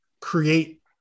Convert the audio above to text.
create